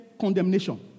condemnation